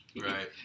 Right